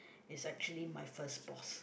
is actually my first boss